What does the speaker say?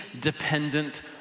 dependent